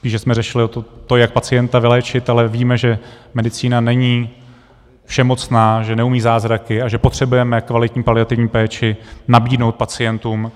Spíše jsme řešili to, jak pacienta vyléčit, ale víme, že medicína není všemocná, že neumí zázraky a že potřebujeme kvalitní paliativní péči nabídnout pacientům.